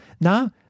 Now